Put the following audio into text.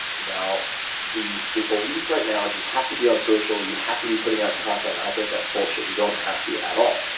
now the the belief right now is you have to be on social, you have to be putting out content, i think that's bullshit. you don't have to at all.